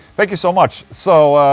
thank you so much so,